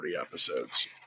episodes